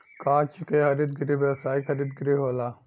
कांच के हरित गृह व्यावसायिक हरित गृह होला